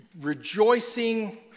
rejoicing